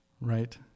Right